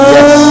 Yes